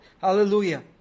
Hallelujah